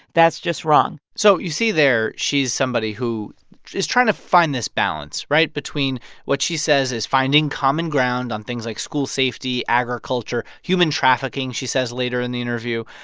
that's just wrong so you see there she's somebody who is trying to find this balance right? between what she says is finding common ground on things like school safety, agriculture, human trafficking she says later in the interview,